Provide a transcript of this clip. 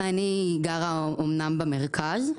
אני אמנם גרה יחסית במרכז.